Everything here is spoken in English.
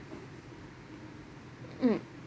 mm